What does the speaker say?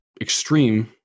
extreme